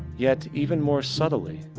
yet even more subtly,